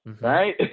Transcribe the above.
Right